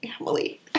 Emily